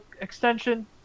extension